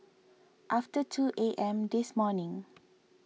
after two A M this morning